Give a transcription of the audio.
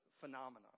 phenomena